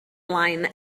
line